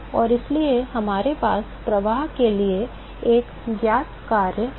और इसलिए हमारे पास प्रवाह के लिए एक ज्ञात कार्य है